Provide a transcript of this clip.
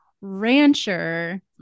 rancher